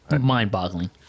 mind-boggling